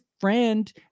friend